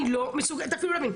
אני לא מסוגלת אפילו להבין.